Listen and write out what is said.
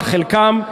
חלקם,